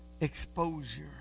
exposure